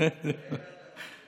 אין לו חסרונות.